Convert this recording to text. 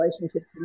relationship